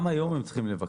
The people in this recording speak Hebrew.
גם היום הם צריכים לבקש.